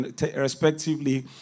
respectively